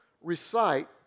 recite